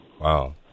Wow